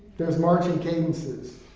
there's marching cadences.